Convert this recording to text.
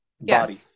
body